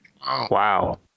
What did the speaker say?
Wow